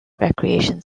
recreation